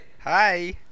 Hi